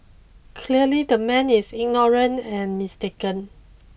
clearly the man is ignorant and mistaken